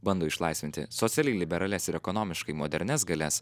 bando išlaisvinti socialiai liberalias ir ekonomiškai modernias galias